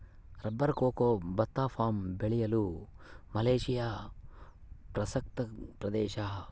rubber cocoa ಭತ್ತ palm ಬೆಳೆಯಲು Malaysia ಪ್ರಸಕ್ತ ಪ್ರದೇಶ